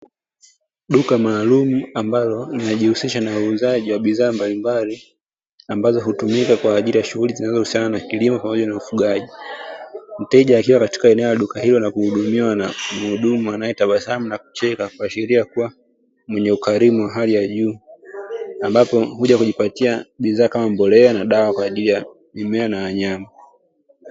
Duka maalumu ambalo linaji husisha na uuzaji wa bidhaa mbali mbali ambazo hutumika kwa ajili ya shughuli zinazo husiana na kilimo pamoja na ufugaji. Mteja akiwa katika eneo la Duka hilo na kuhudumiwa na muhudumu anae tabasamu na kucheka kuashiria kuwa mwenye ukalimu wa hali ya juu, ambapo amekuja kujipatia bidhaa kama mbolea na dawa kwa ajili ya mimea na wanyama.